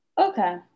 Okay